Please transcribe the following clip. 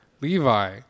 Levi